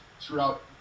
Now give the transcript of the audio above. throughout